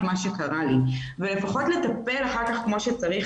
מה שקרה לי ולפחות לטפל בי אחר כך כמו שצריך,